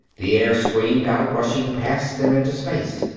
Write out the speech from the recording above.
the air screamed out, rushing past them into space.